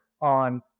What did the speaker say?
on